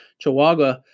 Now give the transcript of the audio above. chihuahua